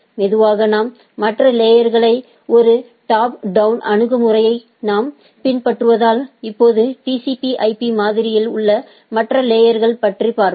மெதுவாக நாம் மற்ற லேயர்களைப்பற்றி பார்ப்போம் ஒரு டாப் டோவ்ன் அணுகுமுறையைப் நாம் பின்பற்றுவதால் இப்போது TCP IP மாதிரியில் உள்ள மற்ற லேயர்களைப் பற்றி பார்ப்போம்